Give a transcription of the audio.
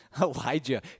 Elijah